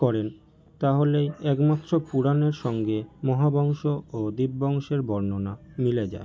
করেন তাহলে একমাত্র পুরাণের সঙ্গে মহাবংশ ও দীপবংশের বর্ণনা মিলে যায়